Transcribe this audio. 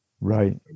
Right